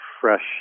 fresh